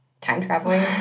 time-traveling